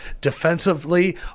Defensively